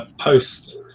post